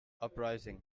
uprising